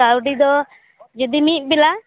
ᱠᱟᱹᱣᱰᱤ ᱫᱚ ᱡᱩᱫᱤ ᱢᱤᱫ ᱵᱮᱞᱟ